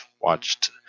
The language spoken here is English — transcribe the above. watched